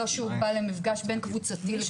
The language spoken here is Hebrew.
לא למפגש בין קבוצתי לגביהם.